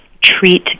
treat